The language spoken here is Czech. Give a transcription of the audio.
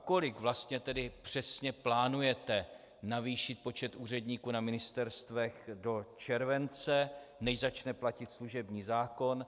O kolik vlastně tedy přesně plánujete navýšit počet úředníků na ministerstvech do července, než začne platit služební zákon?